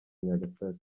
nyagatare